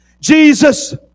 Jesus